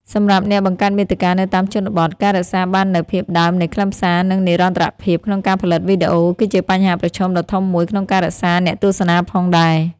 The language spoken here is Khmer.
សម្រាប់អ្នកបង្កើតមាតិកានៅតាមជនបទ ការរក្សាបាននូវភាពដើមនៃខ្លឹមសារ និង និរន្តរភាពក្នុងការផលិតវីដេអូ គឺជាបញ្ហាប្រឈមដ៏ធំមួយក្នុងការរក្សាអ្នកទស្សនាផងដែរ។